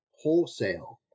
wholesale